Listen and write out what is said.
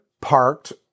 parked